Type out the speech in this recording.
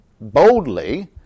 boldly